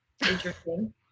interesting